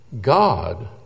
God